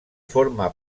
forma